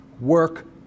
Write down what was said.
work